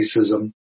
racism